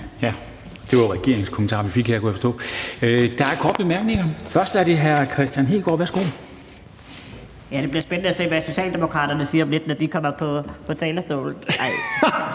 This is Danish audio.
Det var regeringens kommentar, vi fik her, kunne jeg forstå. Der er korte bemærkninger, og det er først hr. Kristian Hegaard. Værsgo. Kl. 10:57 Kristian Hegaard (RV): Ja, det bliver spændende at se, hvad Socialdemokraterne siger om lidt, når de kommer på talerstolen.